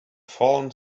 fallen